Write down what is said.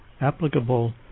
applicable